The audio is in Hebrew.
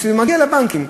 וכשזה מגיע לבנקים,